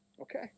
okay